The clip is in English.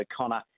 O'Connor